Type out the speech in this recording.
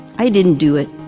i didn't do it.